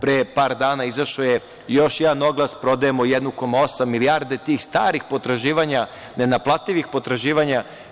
Pre par dana izašao je još jedan oglas, prodajemo 1,8 milijardi tih starih potraživanja, nenaplativih potraživanja.